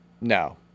No